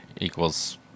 equals